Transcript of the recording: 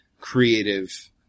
creative